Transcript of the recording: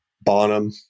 Bonham